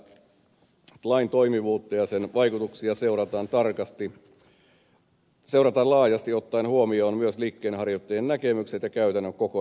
eduskunta edellyttää että lain toimivuutta ja sen vaikutuksia seurataan laajasti ottaen huomioon myös liikenteenharjoittajien näkemykset ja käytännön kokemukset